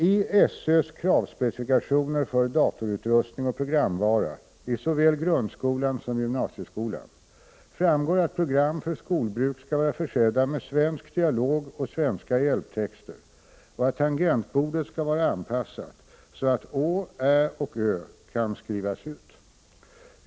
I SÖ:s kravspecifikationer för datorutrustning och programvara i såväl grundskolan som gymnasieskolan framgår att program för skolbruk skall vara försedda med svensk dialog och svenska hjälptexter och att tangentbordet skall vara anpassat så att å, ä och ö kan skrivas ut.